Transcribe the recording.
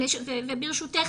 וברשותך,